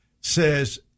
says